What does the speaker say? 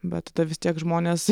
bet tada vis tiek žmonės